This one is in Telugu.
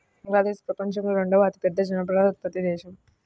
బంగ్లాదేశ్ ప్రపంచంలో రెండవ అతిపెద్ద జనపనార ఉత్పత్తి దేశం